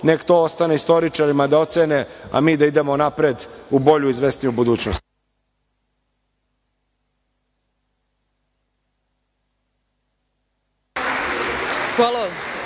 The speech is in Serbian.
nek to ostane istoričarima da ocene, a mi da idemo napred, u bolju i izvesniju budućnost.